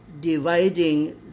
dividing